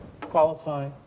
qualify